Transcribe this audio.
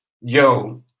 yo